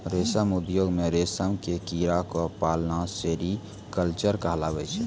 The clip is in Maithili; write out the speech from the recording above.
रेशम उद्योग मॅ रेशम के कीड़ा क पालना सेरीकल्चर कहलाबै छै